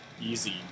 easy